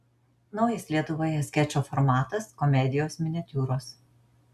naujas lietuvoje skečo formatas komedijos miniatiūros